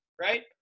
right